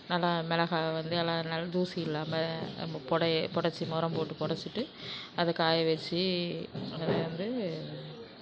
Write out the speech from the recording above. நல்லா மிளகா வந்து எல்லா நல் தூசி இல்லாமல் நம்ம பொடையை பொடைச்சி முறம் போட்டு புடச்சிட்டு அதை காய வச்சி அதில வந்து